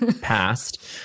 passed